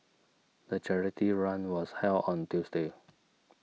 the charity run was held on Tuesday